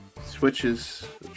switches